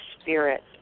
spirit